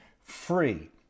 free